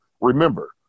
remember